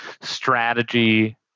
strategy